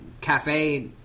cafe